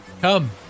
Come